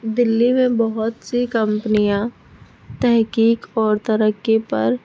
دہلی میں بہت سی کمپنیاں تحقیق اور ترقی پر